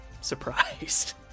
surprised